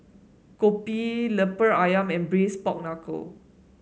kopi lemper ayam and Braised Pork Knuckle